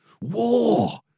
War